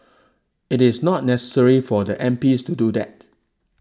it's not necessary for the M P to do that